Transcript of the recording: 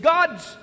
God's